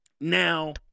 Now